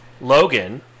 logan